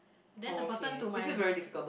then the person to my